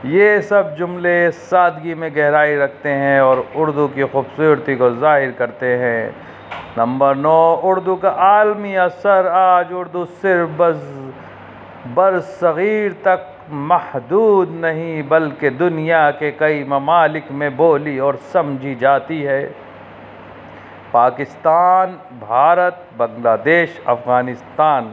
یہ سب جملے سادگی میں گہرائی رکھتے ہیں اور اردو کی خوبصورتی کو ظاہر کرتے ہیں نمبر نو اردو کا عالمی اثر آج اردو برِّصغیر تک محدود نہیں بلکہ دنیا کے کئی ممالک میں بولی اور سمجھی جاتی ہے پاکستان بھارت بنگلہ دیش افغانستان